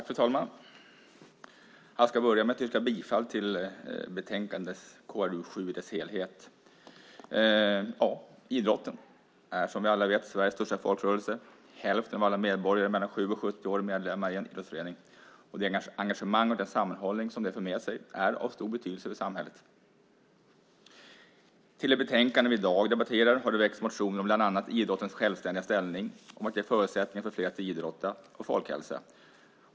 Fru talman! Jag ska börja med att yrka bifall till förslaget i betänkande KrU7. Idrotten är som vi alla vet Sveriges största folkrörelse. Hälften av alla medborgare mellan 7 och 70 år är medlemmar i en idrottsförening. Det engagemang och den sammanhållning idrotten för med sig är av stor betydelse för samhället. Till det betänkande vi i dag debatterar har det väckts motioner om bland annat idrottens självständiga ställning, att ge förutsättningar för fler att idrotta och folkhälsa.